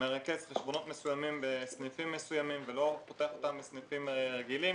מרכז חשבונות מסוימים בסניפים מסוימים ולא פותח אותם בסניפים רגילים